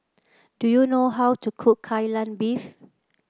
do you know how to cook Kai Lan Beef